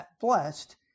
blessed